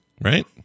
right